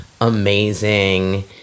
amazing